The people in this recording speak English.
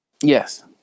Yes